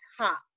top